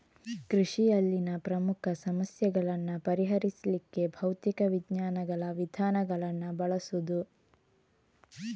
ಕೃಷಿಯಲ್ಲಿನ ಪ್ರಮುಖ ಸಮಸ್ಯೆಗಳನ್ನ ಪರಿಹರಿಸ್ಲಿಕ್ಕೆ ಭೌತಿಕ ವಿಜ್ಞಾನಗಳ ವಿಧಾನಗಳನ್ನ ಬಳಸುದು